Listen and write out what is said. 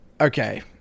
Okay